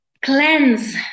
cleanse